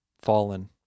fallen